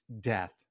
death